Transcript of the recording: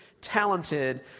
talented